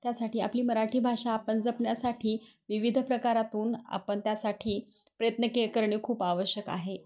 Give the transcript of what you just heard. त्यासाठी आपली मराठी भाषा आपण जपण्यासाठी विविध प्रकारातून आपण त्यासाठी प्रयत्न के करणे खूप आवश्यक आहे